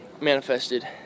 manifested